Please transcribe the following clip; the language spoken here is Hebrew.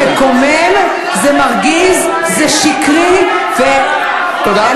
אבל זה מקומם, זה מרגיז, זה שקרי, תודה.